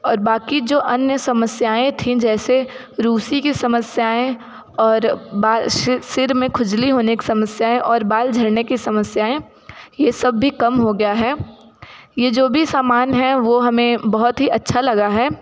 और बाकि जो अन्य समस्याएँ थीं जैसे रूसी की समस्याएँ और बाल सिर में खुजली होने की समस्याएँ और बाल झड़ने की समस्याएँ ये सब भी कम हो गया है ये जो भी सामान है वो हमें बहुत ही अच्छा लगा है